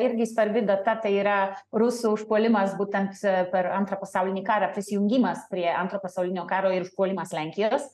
irgi svarbi data tai yra rusų užpuolimas būtent per antrą pasaulinį karą prisijungimas prie antro pasaulinio karo ir užpuolimas lenkijos